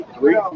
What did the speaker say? Three